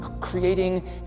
creating